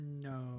No